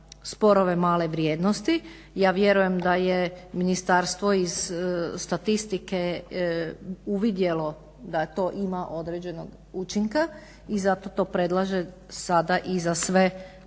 sporove male vrijednosti. Ja vjerujem da je ministarstvo iz statistike uvidjelo da to ima određenog učinka i zato to predlaže sada i za sve